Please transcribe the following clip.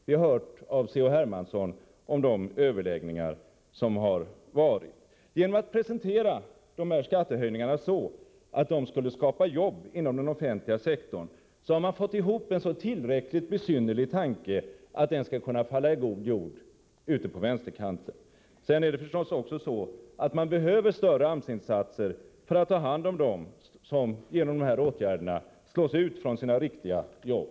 Vi har hört av C.-H. Hermansson om de överläggningar som skett. Genom att presentera skattehöjningarna som någonting som skulle skapa jobb har man fått ihop en tankegång som är tillräckligt besynnerlig för att falla i god jord ute på vänsterkanten. Sedan är det förstås också så, att man behöver större AMS-insatser för att ta hand om dem som genom de här åtgärderna kommer att slås ut från sina riktiga jobb.